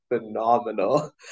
phenomenal